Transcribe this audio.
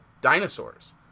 dinosaurs